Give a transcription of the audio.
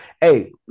Hey